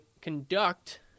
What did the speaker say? conduct